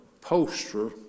poster